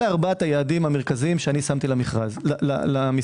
אלה ארבעת היעדים המרכזיים ששמתי למשרד.